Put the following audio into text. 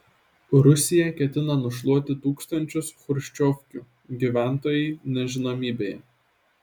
rusija ketina nušluoti tūkstančius chruščiovkių gyventojai nežinomybėje